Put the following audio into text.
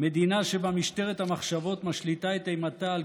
מדינה שבה משטרת המחשבות משליטה את אימתה על